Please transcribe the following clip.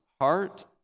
heart